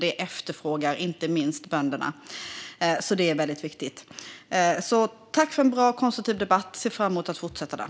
Det efterfrågar inte minst bönderna. Detta är väldigt viktigt. Tack för en bra och konstruktiv debatt! Jag ser fram emot att fortsätta den.